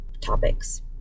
topics